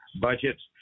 budgets